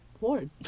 Ward